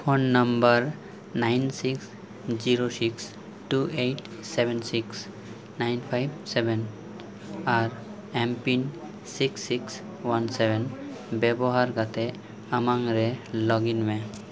phone number nine six zero six two eight seven six nine five seven R M pin six six one seven ᱵᱮᱵᱚᱦᱟᱨ ᱠᱟᱛᱮᱫ ᱟᱢᱟᱜ ᱨᱮ login ᱢᱮ